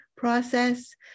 process